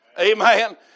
Amen